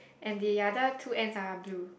and the other two ends are blue